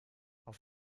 auf